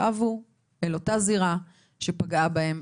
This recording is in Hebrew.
הן שבו אל אותה הזירה שפגעה בהן,